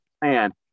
plan